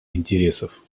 интересов